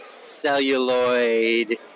celluloid